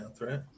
right